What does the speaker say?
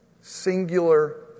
singular